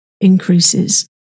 increases